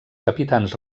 capitans